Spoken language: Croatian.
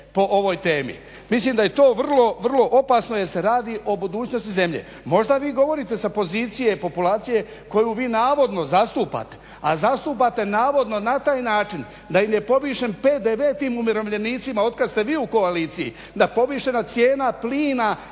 po ovoj temi. Mislim da je to vrlo, vrlo opasno jer se radi o budućnosti zemlje. možda vi govorite sa pozicije populacije koju vi navodno zastupate, a zastupate navodno na taj način da im je povišen PDV tim umirovljenicima od kada ste vi u koaliciji, da povišena cijena plina